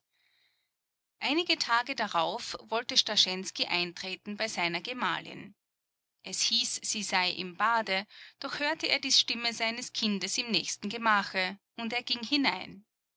einige tage darauf wollte starschensky eintreten bei seiner gemahlin es hieß sie sei im bade doch hörte er die stimme seines kindes im nächsten gemache und er ging hinein